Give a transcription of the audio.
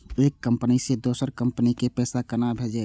एक कंपनी से दोसर कंपनी के पैसा केना भेजये?